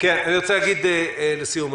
אני רוצה להגיד לסיום,